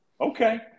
Okay